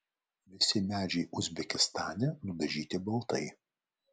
visi medžiai uzbekistane nudažyti baltai